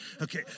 Okay